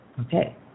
Okay